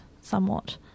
somewhat